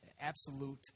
absolute